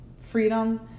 freedom